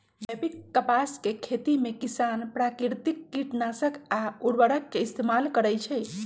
जैविक कपास के खेती में किसान प्राकिरतिक किटनाशक आ उरवरक के इस्तेमाल करई छई